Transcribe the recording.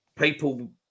people